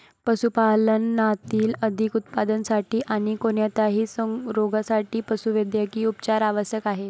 पशुपालनातील अधिक उत्पादनासाठी आणी कोणत्याही रोगांसाठी पशुवैद्यकीय उपचार आवश्यक आहेत